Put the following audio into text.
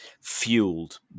fueled